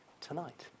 tonight